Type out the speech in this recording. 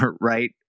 right